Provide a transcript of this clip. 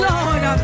Lord